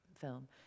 film